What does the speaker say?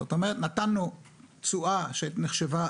זאת אומרת נתנו תשואה שנחשבה